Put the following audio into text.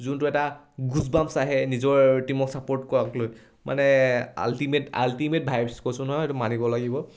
যোনটো এটা ঘোচবামচ আহে নিজৰ টিমক ছাপৰ্ট কৰাক লৈ মানে আল্টিমেট আল্টিমেট ভাইভছ কৈছো নহয় সেইটো মানিব লাগিব